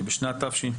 שבשנה שעברה,